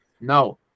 no